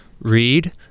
read